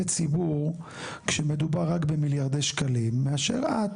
ציבור כשמדובר רק במיליארדי שקלים מאשר את,